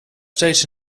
steeds